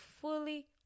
fully